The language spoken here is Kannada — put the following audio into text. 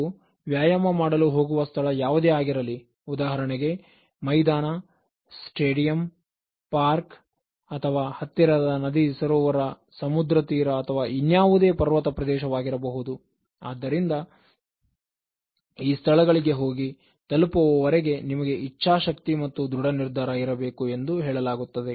ನೀವು ವ್ಯಾಯಾಮ ಮಾಡಲು ಹೋಗುವ ಸ್ಥಳ ಯಾವುದೇ ಆಗಿರಲಿ ಉದಾಹರಣೆಗೆ ಮೈದಾನ ಸ್ಟೇಡಿಯಂ ಪಾರ್ಕ್ ಅಥವಾ ಹತ್ತಿರದ ನದಿ ಸರೋವರ ಸಮುದ್ರತೀರ ಅಥವಾ ಇನ್ಯಾವುದೇ ಪರ್ವತಪ್ರದೇಶ ವಾಗಿರಬಹುದು ಆದ್ದರಿಂದ ಈ ಸ್ಥಳಗಳಿಗೆ ಹೋಗಿ ತಲುಪುವವರೆಗೆ ನಿಮಗೆ ಇಚ್ಛಾಶಕ್ತಿ ಮತ್ತು ದೃಢನಿರ್ಧಾರ ಇರಬೇಕು ಎಂದು ಹೇಳಲಾಗುತ್ತದೆ